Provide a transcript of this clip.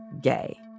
Gay